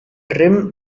rim